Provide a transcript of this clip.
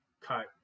cut